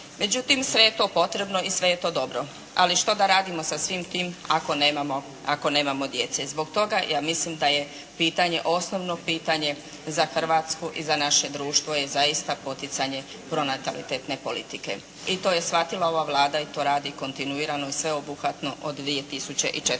Međutim sve je to potrebno i sve je to dobro, ali što da radimo sa svim tim ako nemamo djece. Zbog toga ja mislim da je pitanje, osnovno pitanje za Hrvatsku i za naše društvo je zaista poticanje pronatalitetne politike. I to je shvatila ova Vlada i to radi kontinuirano, sveobuhvatno od 2004.